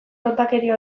tontakeria